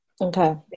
Okay